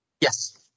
Yes